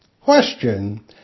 Question